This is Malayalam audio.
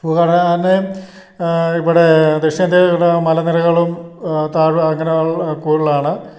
ഭൂഘടന തന്നെയും ഇവിടെ ദക്ഷിണേന്ത്യയിൽ ഉള്ള മലനിരകളും അങ്ങനെ കൂടുതലാണ്